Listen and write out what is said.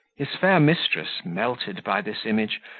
his fair mistress, melted by this image,